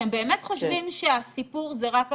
אתם באמת חושבים שהסיפור זה רק הקורונה?